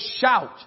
shout